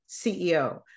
CEO